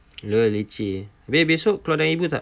lol leceh habis besok keluar dalam H_B_O tak